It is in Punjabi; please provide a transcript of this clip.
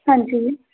ਹਾਂਜੀ